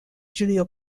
julio